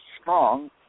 strong